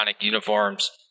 uniforms